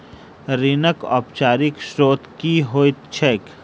ऋणक औपचारिक स्त्रोत की होइत छैक?